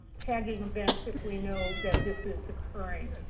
tagging events if we know that this is occurring.